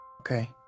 Okay